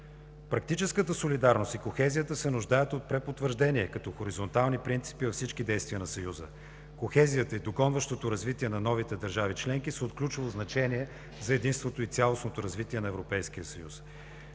Практическата солидарност и кохезията се нуждаят от препотвърждение като хоризонтални принципи във всички действия на Съюза. Кохезията и догонващото развитие на новите държави членки са от ключово значение за единството и цялостното развитие на Европейския съюз.